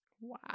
Wow